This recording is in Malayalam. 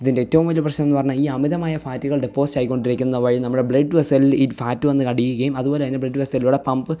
ഇതിന്റെ ഏറ്റവും വലിയ പ്രശ്നം എന്ന് പറഞ്ഞാൽ ഈ അമിതമായ ഫാറ്റ്കള് ഡെപ്പോസിറ്റായിക്കൊണ്ടിരിക്കിന്ന വഴി നമ്മളുടെ ബ്ലഡ് വെസലില് ഈ ഫാറ്റ് വന്ന് അടിയുകയും അതുപോലെതന്നെ ബ്ലഡ് വെസലിലൂടെ പമ്പ്